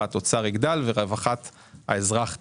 התוצר יגדל ורווחת האזרח תגדל.